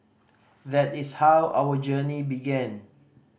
that is how our journey began